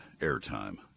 airtime